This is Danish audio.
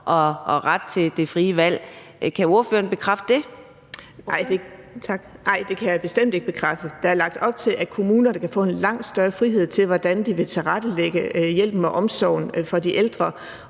10:34 Birgitte Vind (S): Tak. Nej, det kan jeg bestemt ikke bekræfte. Der er lagt op til, at kommunerne kan få en langt større frihed, i forhold til hvordan de vil tilrettelægge hjælpen og omsorgen for de ældre